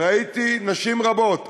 וראיתי נשים רבות,